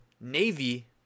Navy